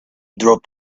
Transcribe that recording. dropped